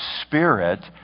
Spirit